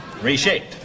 reshaped